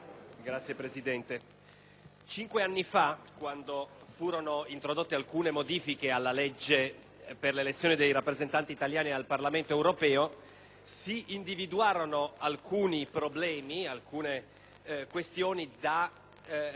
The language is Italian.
per le elezioni dei rappresentanti italiani al Parlamento europeo, si individuarono alcuni problemi e alcune questioni da risolvere. Non si poterono risolvere in quella circostanza e si auspicò di ritornare sull'argomento